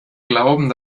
glauben